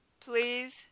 please